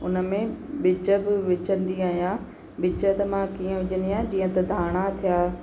हुन में बीज बि विझंदी आहियां बीज त मां कीअं विझंदी आहे जीअं त धाणा थिया